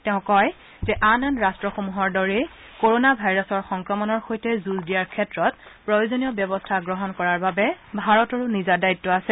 তেওঁ কয় যে আন আন ৰাষ্টসমূহৰ দৰেই কৰনা ভাইৰাছৰ সংক্ৰমণৰ সৈতে যুঁজ দিয়াৰ ক্ষেত্ৰত প্ৰয়োজনীয় ব্যৱস্থা গ্ৰহণ কৰাৰ বাবে ভাৰতৰো নিজা দায়িত্ব আছে